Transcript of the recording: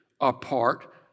apart